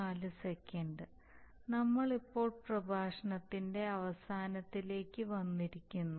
നമ്മൾ ഇപ്പോൾ പ്രഭാഷണത്തിന്റെ അവസാനത്തിലേക്ക് വന്നിരിക്കുന്നു